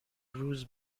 روز